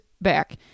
back